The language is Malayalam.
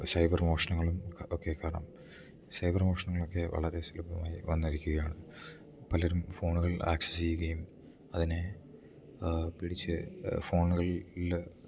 സൈബർ മോഷണങ്ങളും ഒക്കെ കാരണം സൈബർ മോഷണങ്ങൾ ഒക്കെ വളരെ സുലഭമായി വന്നിരിക്കുകയാണ് പലരും ഫോണുകൾ അക്സസ്സ് ചെയ്യുകയും അതിനെ പിടിച്ച് ഫോണുകളിൽ